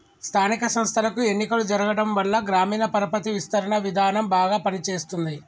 స్థానిక సంస్థలకు ఎన్నికలు జరగటంవల్ల గ్రామీణ పరపతి విస్తరణ విధానం బాగా పని చేస్తుంది